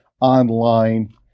online